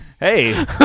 Hey